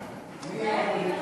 באופוזיציה.